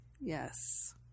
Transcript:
yes